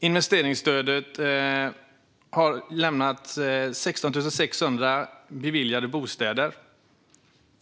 Investeringsstödet har gett 16 600 beviljade bostäder.